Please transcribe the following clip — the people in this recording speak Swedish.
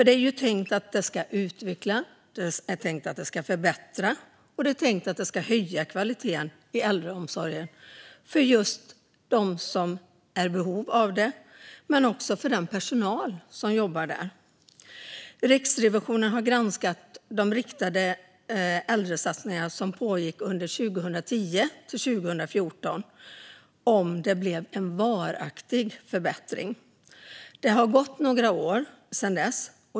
Det är ju tänkt att de ska utveckla, förbättra och höja kvaliteten i äldreomsorgen för dem som är i behov av det och för den personal som jobbar där. Riksrevisionen har granskat de riktade äldresatsningar som pågick 2010-2014 och tittat på om det blev en varaktig förbättring. Det har gått några år sedan dess.